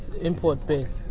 import-based